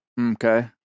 Okay